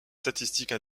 statistiques